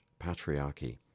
Patriarchy